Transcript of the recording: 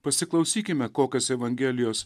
pasiklausykime kokias evangelijos